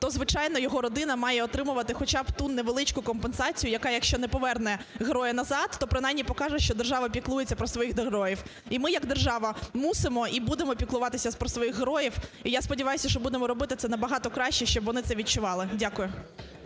то, звичайно, його родина має отримувати хоча б ту невеличку компенсацію, яка, якщо не поверне героя назад, то принаймні покаже, що держава піклується про своїх героїв. І ми як держава мусимо і будемо піклуватися про своїх героїв. І я сподіваюся, що будемо робити це набагато краще, щоб вони це відчували. Дякую.